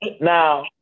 Now